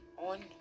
on